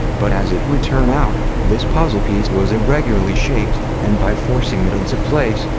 but as it would turn out, this puzzle piece was irregularly shaped, and by forcing it into place,